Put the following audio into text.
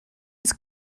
its